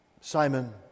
Simon